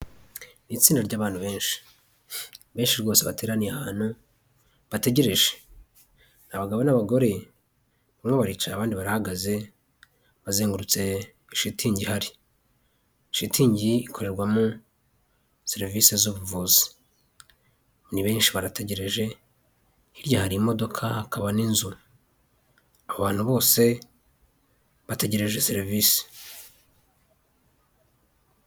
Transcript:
Itsinda ry'abantu benshi, benshi rwose bateraniye ahantu bategereje, abagabo nabagore bose barica abandi barahagaze bazengurutse shitingi, ihari shitingi ikorerwamo serivisi z'ubuvuzi, ni benshi barategereje hibya hari imodoka hakaba n'inzu abantu bose bategereje serivisi.